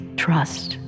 trust